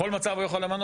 בכל מצב הוא יכול למנות.